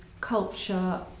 culture